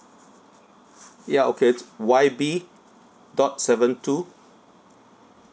ya okay it's Y B dot seven two